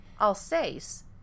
Alsace